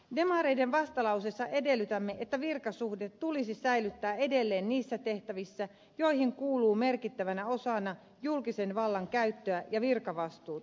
demareiden vastalauseessa edellytämme että virkasuhde tulisi säilyttää edelleen niissä tehtävissä joihin kuuluu merkittävänä osana julkisen vallan käyttöä ja virkavastuuta